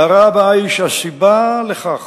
ההערה הבאה היא שהסיבה לכך